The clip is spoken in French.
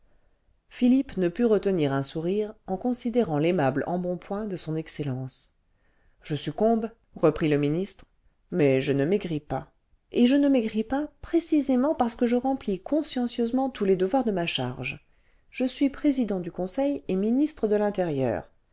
philippe ne put retenir un sourire en considérant l'aimable embonpoint de son excellence ce je succombe reprit le ministre mais je ne maigris pas et je ne maigris pas précisément parce que je remplis consciencieusement tous les devoirs de ma charge je suis président du conseil et ministre de l'intérieur